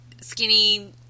skinny